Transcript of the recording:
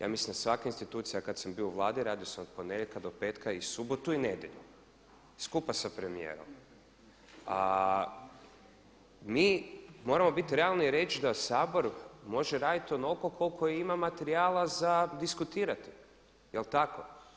Ja mislim da svaka institucija kada sam bio u Vladi radio sam od ponedjeljka do petka i subotu i nedjelju skupa sa premijerom, a mi moramo biti realni i reći da Sabor može raditi onoliko koliko ima materijala za diskutirati, jel tako.